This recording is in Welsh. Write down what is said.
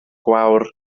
gwawr